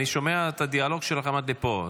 אני שומע את הדיאלוג שלכם עד לפה,